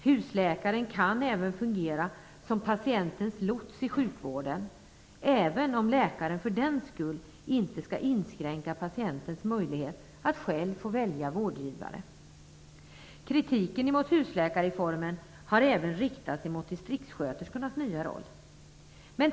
Husläkaren kan även fungera som patientens lots i sjukvården, även om läkaren för den skull inte skall inskränka patientens möjlighet att själv få välja vårdgivare. Kritiken mot husläkarreformen har även riktats mot distriktssköterskornas nya roll.